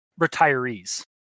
retirees